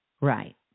right